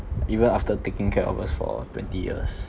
even after taking care of us for twenty years